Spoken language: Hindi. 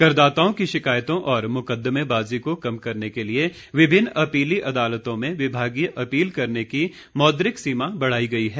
करदाताओं की शिकायतों और मुकदमेबाजी को कम करने के लिए विभिन्न अपीली अदालतों में विभागीय अपील करने की मौद्रिक सीमा बढाई गई है